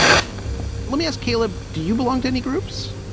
let me ask caleb. do you belong to any groups?